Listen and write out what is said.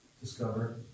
discover